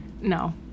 no